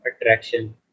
attraction